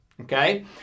okay